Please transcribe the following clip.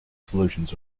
solutions